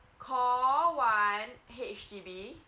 call one H_D_B